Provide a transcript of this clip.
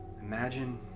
Imagine